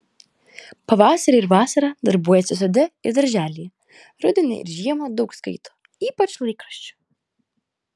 pavasarį ir vasarą darbuojasi sode ir darželyje rudenį ir žiemą daug skaito ypač laikraščių